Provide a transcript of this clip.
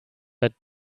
but